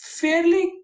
fairly